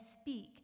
speak